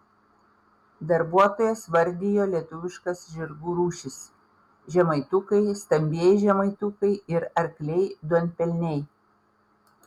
darbuotojas vardijo lietuviškas žirgų rūšis žemaitukai stambieji žemaitukai ir arkliai duonpelniai